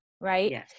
Right